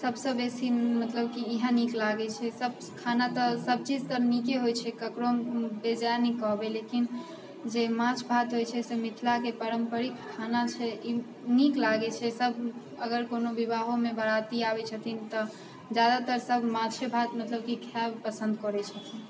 सबसे बेसी मतलब की इएहे नीक लागे छै खाना तऽ सब चीज तऽ नीके होइ छै केकरो बेजाय नहि कहबै लेकिन जे माछ भात होइ छै से मिथिला के पारंपरिक खाना छै ई नीक लागे छै सब अगर कोनो बिबाहो मे बराती आबै छथिन तऽ जादातर सब माछे भात मतलब की खायब पसन्द करै छथिन